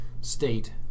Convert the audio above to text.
state